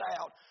out